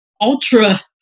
ultra